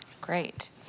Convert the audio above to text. Great